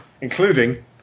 Including